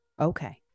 Okay